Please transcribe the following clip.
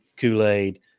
Kool-Aid